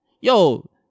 Yo